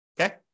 Okay